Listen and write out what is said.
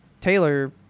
Taylor